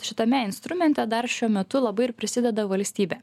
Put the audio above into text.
šitame instrumente dar šiuo metu labai ir prisideda valstybė